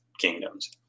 kingdoms